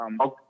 Okay